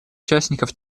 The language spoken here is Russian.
участников